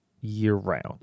year-round